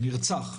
נרצח,